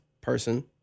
person